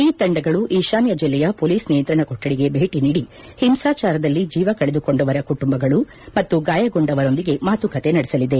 ಈ ತಂಡಗಳು ಈಶಾನ್ಯ ಜಿಲ್ಲೆಯ ಪೊಲೀಸ್ ನಿಯಂತ್ರಣ ಕೊಠಡಿಗೆ ಭೇಟ ನೀಡಿ ಹಿಂಸಾಚಾರದಲ್ಲಿ ಜೀವ ಕಳೆದುಕೊಂಡವರ ಕುಟುಂಬಗಳು ಮತ್ತು ಗಾಯಗೊಂಡವರೊಂದಿಗೆ ಮಾತುಕತೆ ನಡೆಸಲಿದೆ